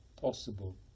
possible